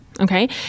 Okay